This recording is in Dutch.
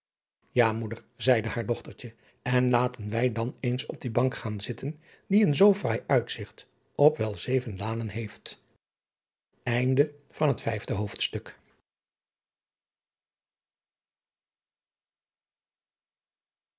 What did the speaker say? ja moeder zeide haar dochtertje en laten wij dan eens op die bank gaan zitten die een zoo fraai uitzigt op wel zeven lanen heeft adriaan loosjes pzn het